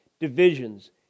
divisions